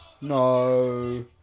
No